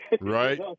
Right